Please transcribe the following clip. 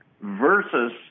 versus